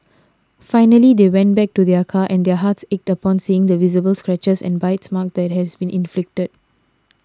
finally they went back to their car and their hearts ached upon seeing the visible scratches and bite marks that had been inflicted